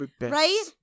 right